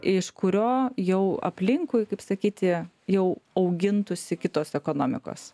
iš kurio jau aplinkui kaip sakyti jau augintųsi kitos ekonomikos